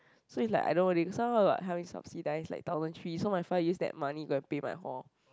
so it's like I don't really somehow like help me subsidize like thousand three so my father use that money go and pay my hall